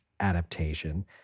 Adaptation